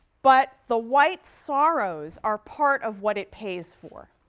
but the white sorrows are part of what it pays for.